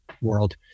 world